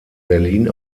berlin